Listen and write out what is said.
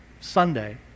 Sunday